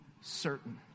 certain